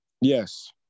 Yes